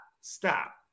Stop